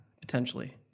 potentially